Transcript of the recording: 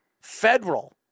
federal